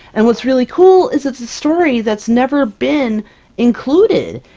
and what's really cool is it's a story that's never been included!